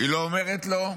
היא לא אומרת לו: